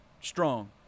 strong